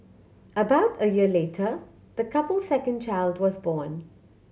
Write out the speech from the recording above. about a year later the couple's second child was born